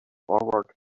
forward